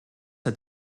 hat